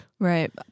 Right